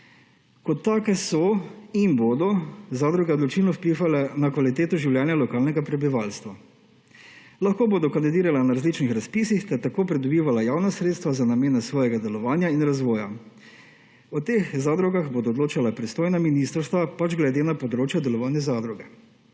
Kot take so in bodo zadruge odločilno vplivale na kvaliteto življenja lokalnega prebivalstva. Lahko bodo kandidirale na različnih razpisih ter tako pridobivale javna sredstva za namene svojega delovanja in razvoja. O teh zadrugah bodo odločala pristojna ministrstva pač glede na področje delovanja zadruge.